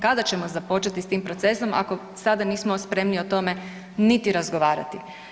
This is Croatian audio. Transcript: Kada ćemo započeti s tim procesom ako sada nismo spremni o tome niti razgovarati?